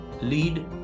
lead